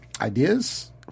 ideas